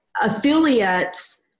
affiliates